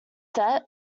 set